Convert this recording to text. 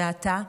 ואתה?